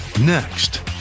Next